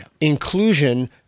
Inclusion